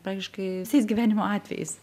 praktiškai visais gyvenimo atvejais